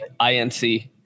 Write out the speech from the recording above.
Inc